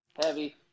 heavy